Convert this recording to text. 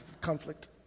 conflict